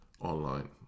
online